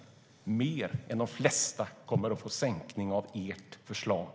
Det är mer än de flesta kommer att få i skattesänkning i ert förslag.